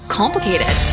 complicated